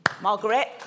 Margaret